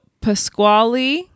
Pasquale